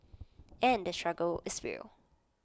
and the struggle is real